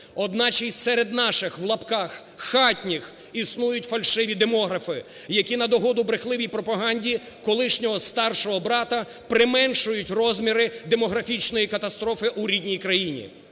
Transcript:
Одначе і серед наших (в лапках) "хатніх" існують фальшиві демографи, які на догоду брехливій пропаганді колишнього "старшого брата" применшують розміри демографічної катастрофи у рідній країні.